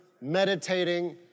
meditating